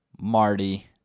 Marty